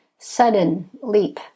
suddenleap